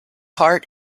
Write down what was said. heart